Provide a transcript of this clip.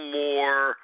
more